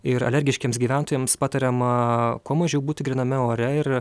ir alergiškiems gyventojams patariama kuo mažiau būti gryname ore ir